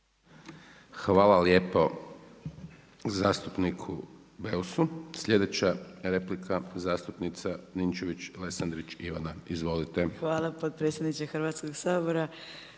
Hvala lijepo zastupniku Beusu. Slijedeća replika zastupnika Ninčević-Lesandrić Ivana. Izvolite. **Ninčević-Lesandrić, Ivana